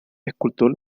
escultor